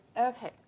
Okay